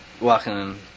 walking